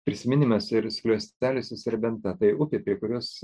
prisiminimas ir skliausteliuose serbenta tai upė prie kurios